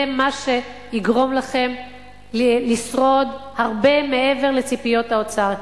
זה מה שיגרום לכם לשרוד הרבה מעבר לציפיות האוצר,